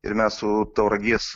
ir mes tauragės